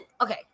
okay